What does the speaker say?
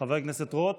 חבר הכנסת רוט